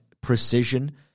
precision